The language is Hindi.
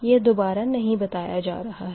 यह दोबारा नही बताया जा रहा है